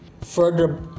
further